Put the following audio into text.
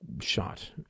shot